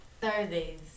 Thursdays